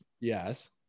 Yes